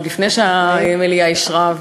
עוד לפני שהמליאה אישרה,